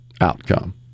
outcome